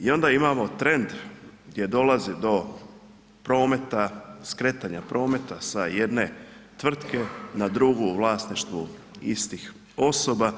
I onda imamo trend gdje dolazi do prometa skretanja prometa s jedne tvrtke na drugu u vlasništvu istih osoba